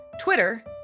twitter